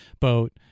boat